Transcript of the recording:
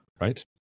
Right